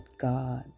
God